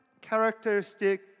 characteristic